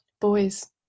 boys